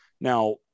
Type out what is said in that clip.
Now